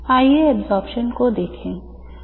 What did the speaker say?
आइए absorption को देखें